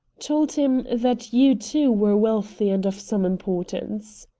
told him that you, too, were wealthy and of some importance.